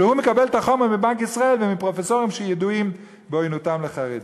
שמקבל את החומר מבנק ישראל ומפרופסורים שידועים בעוינותם לחרדים.